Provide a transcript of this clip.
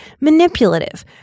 manipulative